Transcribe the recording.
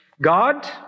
God